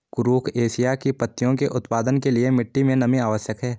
कुरुख एशिया की पत्तियों के उत्पादन के लिए मिट्टी मे नमी आवश्यक है